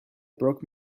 broke